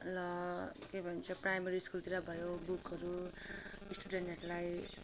ल के भन्छ प्राइमेरी स्कुलतिर भयो बुकहरू स्टुडेन्टहरूलाई